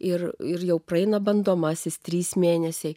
ir ir jau praeina bandomasis trys mėnesiai